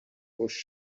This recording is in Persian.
خوش